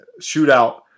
shootout